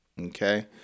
okay